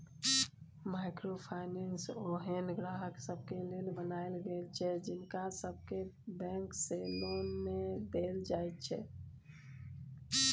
micro finance ओहेन ग्राहक सबके लेल बनायल गेल छै जिनका सबके बैंक से लोन नै देल जाइत छै